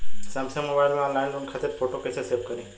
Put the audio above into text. Samsung mobile में online loan खातिर photo कैसे सेभ करीं?